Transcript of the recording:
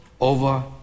over